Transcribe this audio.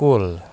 کُل